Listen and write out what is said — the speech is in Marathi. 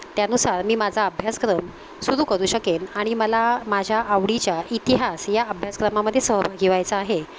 त्यानुसार मी माझा अभ्यासक्रम सुरू करू शकेन आणि मला माझ्या आवडीच्या इतिहास या अभ्यासक्रमामध्ये सहभागी व्हायचं आहे